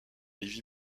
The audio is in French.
heavy